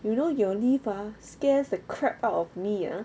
you know your lift ha scares the crap out of me ah